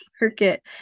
market